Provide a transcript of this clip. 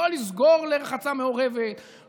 לא לסגור לרחצה מעורבת,